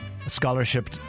scholarship